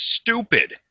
stupid